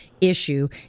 issue